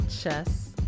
Chess